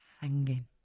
Hanging